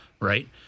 right